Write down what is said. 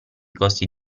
costi